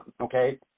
Okay